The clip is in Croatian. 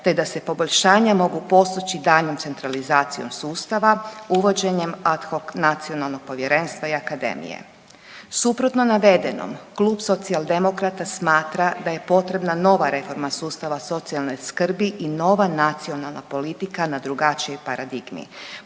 te da se poboljšanja mogu postići daljnjom centralizacijom sustava uvođenjem ad hoc Nacionalnog povjerenstva i akademije. Suprotno navedenom Klub Socijaldemokrata smatra da je potrebna nova reforma sustava socijalne skrbi i nova nacionalna politika na drugačijoj paradigmi.